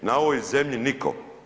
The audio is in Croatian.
Na ovoj zemlji nitko.